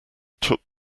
took